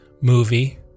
movie